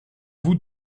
vous